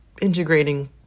integrating